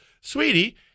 Sweetie